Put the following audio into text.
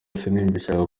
siniyumvishaga